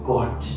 God